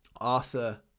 Arthur